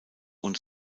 und